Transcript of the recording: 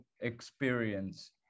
experience